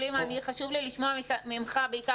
חשוב לי לשמוע ממך בעיקר את השיקולים הבריאותיים.